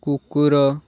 କୁକୁର